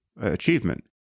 Achievement